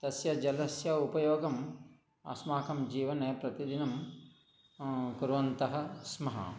तस्य जलस्य उपयोगम् अस्माकं जीवने प्रतिदिनं कुर्वन्तः स्मः